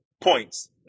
points